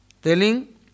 Telling